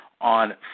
on